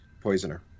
poisoner